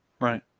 Right